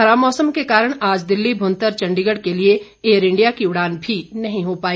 खराब मौसम के कारण आज दिल्ली भुंतर चंडीगढ़ के बीच एयर इंडिया की उड़ान भी नहीं हो पाई